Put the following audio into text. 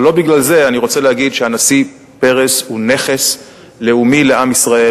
אבל לא בגלל זה אני רוצה להגיד שהנשיא פרס הוא נכס לאומי לעם ישראל.